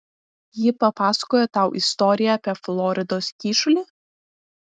ji papasakojo tau istoriją apie floridos kyšulį